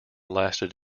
lasted